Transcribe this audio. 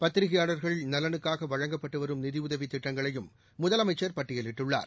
பத்திரிக்கையாளர்கள் நலனுக்காகவழங்கப்பட்டுவரும் நிதியுதவித் திட்டங்களையும் முதலமைச்சள் பட்டயலிட்டுள்ளார்